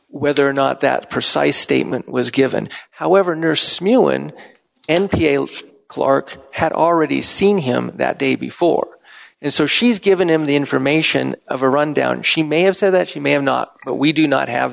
whether or not that precise statement was given however nurse mulan n p clark had already seen him that day before and so she's given him the information of a rundown she may have said that she may have not but we do not have